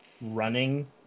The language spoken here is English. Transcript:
running